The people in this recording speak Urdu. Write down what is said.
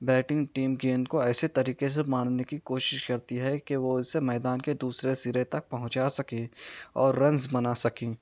بیٹنگ ٹیم گیند کو ایسے طریقے سے مارنے کو کوشش کرتی ہے کہ وہ اسے میدان کے دوسرے سرے تک پہنچا سکے اور رنز بنا سکے